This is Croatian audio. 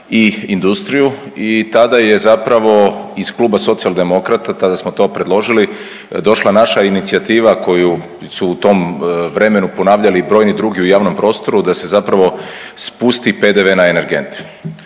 i industriju i tada je zapravo iz Kluba Socijaldemokrata, tada smo to predložili, došla naša inicijativa koju su u tom vremenu ponavljali i brojni drugi u javnom prostoru da se zapravo spusti PDV na energente.